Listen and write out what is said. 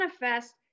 manifest